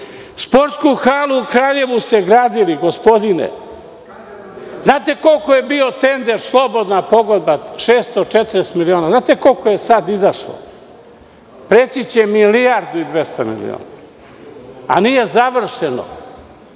sportu halu u Kraljevu, gospodine. Znate li koliki je bio tender, slobodna pogodba, 640 miliona? Znate li koliko je sada izašlo? Preći će milijardu i 200 miliona, a nije završeno.